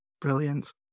Brilliant